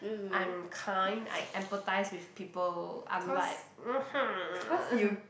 I'm kind I empathise with people unlike mmhmm